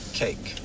cake